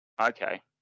Okay